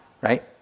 right